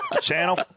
Channel